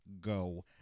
go